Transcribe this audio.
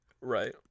Right